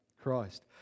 Christ